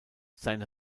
seine